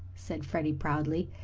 said freddie proudly.